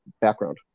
background